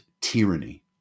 tyranny